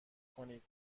کنید